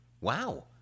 Wow